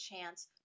chance